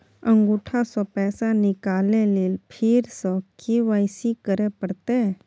अंगूठा स पैसा निकाले लेल फेर स के.वाई.सी करै परतै?